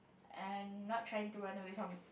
and not trying to run away from